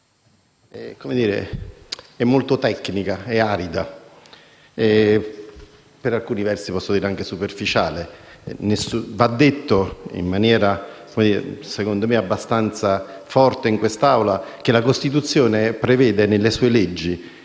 è molto tecnica ed arida e, per alcuni versi, posso dire anche superficiale. Va detto, in maniera secondo me abbastanza forte in questa Assemblea, che la Costituzione e le leggi